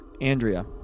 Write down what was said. Andrea